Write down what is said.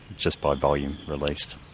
just by volume released.